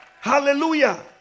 Hallelujah